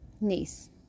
Niece